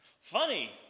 Funny